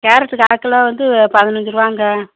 carrot கால்கிலோ வந்து பதினைஞ்சு ரூபாங்க